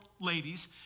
ladies